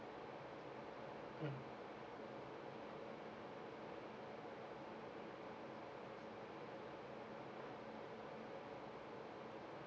mm